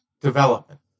development